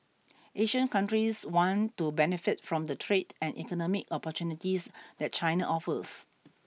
Asian countries want to benefit from the trade and economic opportunities that China offers